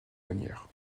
manières